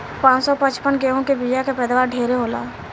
पान सौ पचपन गेंहू के बिया के पैदावार ढेरे होला